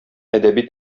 әдәби